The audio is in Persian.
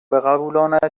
بقبولاند